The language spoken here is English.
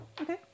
Okay